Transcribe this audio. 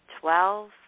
twelve